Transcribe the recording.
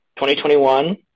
2021